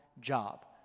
job